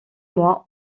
moins